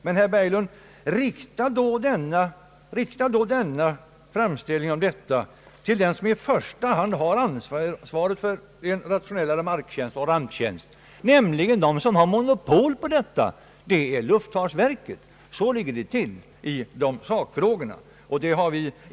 Men, herr Berglund, rikta då denna framställning till den som i första hand har ansvaret för en rationellare markoch ramptjänst, nämligen den myndighet som har monopol på detta, alltså luftfartsverket. Så ligger det till i sakfrågorna,.